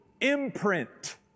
imprint